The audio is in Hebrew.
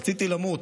רציתי למות.